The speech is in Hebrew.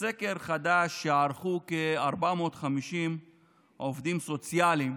מסקר חדש שערכו עם כ-450 עובדים סוציאליים